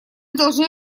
должны